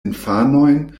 infanojn